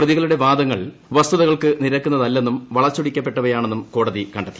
പ്രതികളുടെ വാദങ്ങൾ വസ്തുതകൾക്ക് നിരക്കുന്നതല്ലെന്നും വളച്ചൊടിയ്ക്കപ്പെട്ടവയാണെന്നും കോടതി കണ്ടെത്തി